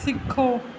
ਸਿੱਖੋ